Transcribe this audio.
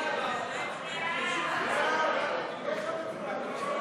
תנאי המאבטחים),